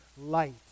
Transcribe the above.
light